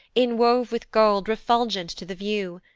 inwove with gold, refulgent to the view,